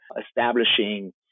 establishing